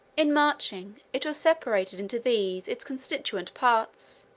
in marching, it was separated into these its constituent parts,